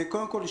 קודם כל,